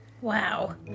Wow